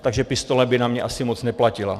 Takže pistole by na mě asi moc neplatila.